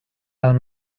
dal